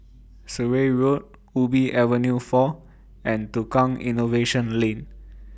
Surrey Road Ubi Avenue four and Tukang Innovation Lane